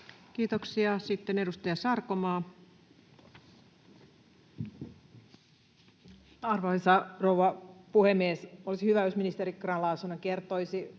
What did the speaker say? Kiitoksia. — Sitten edustaja Sarkomaa. Arvoisa rouva puhemies! Olisi hyvä, jos ministeri Grahn-Laasonen kertoisi,